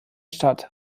stadt